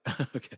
Okay